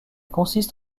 consiste